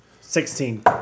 Sixteen